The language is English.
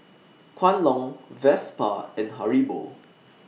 Kwan Loong Vespa and Haribo